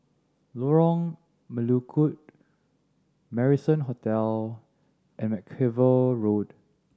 Lorong Melukut Marrison Hotel and Mackerrow Road